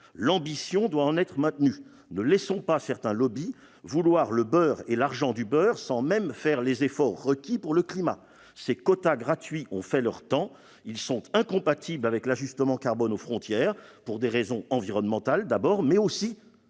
L'ambition doit en être maintenue : ne laissons pas certains lobbies vouloir le beurre et l'argent du beurre sans même faire les efforts requis pour le climat. Ces quotas gratuits ont fait leur temps, ils sont incompatibles avec l'ajustement carbone aux frontières, pour des raisons environnementales, d'abord, mais aussi